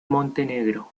montenegro